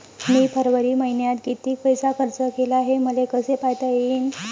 मी फरवरी मईन्यात कितीक पैसा खर्च केला, हे मले कसे पायता येईल?